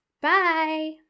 Bye